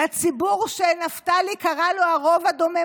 לציבור שנפתלי קרא לו הרוב הדומם,